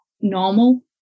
normal